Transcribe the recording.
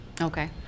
okay